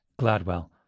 gladwell